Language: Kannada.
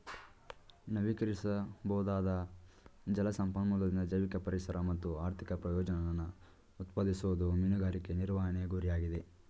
ನವೀಕರಿಸಬೊದಾದ ಜಲ ಸಂಪನ್ಮೂಲದಿಂದ ಜೈವಿಕ ಪರಿಸರ ಮತ್ತು ಆರ್ಥಿಕ ಪ್ರಯೋಜನನ ಉತ್ಪಾದಿಸೋದು ಮೀನುಗಾರಿಕೆ ನಿರ್ವಹಣೆ ಗುರಿಯಾಗಿದೆ